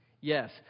Yes